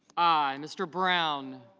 i. mr. brown